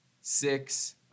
six